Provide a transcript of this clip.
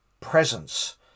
presence